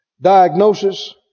Diagnosis